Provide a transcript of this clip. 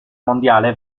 mondiale